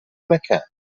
مكان